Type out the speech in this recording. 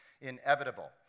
inevitable